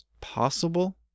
possible